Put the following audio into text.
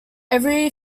every